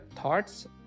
thoughts